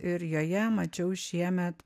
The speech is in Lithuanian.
ir joje mačiau šiemet